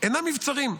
אינם מבצרים,